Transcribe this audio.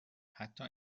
حتی